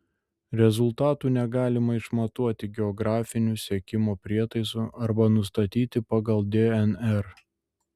rezultatų negalima išmatuoti geografiniu sekimo prietaisu arba nustatyti pagal dnr